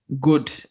good